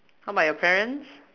how bout your parents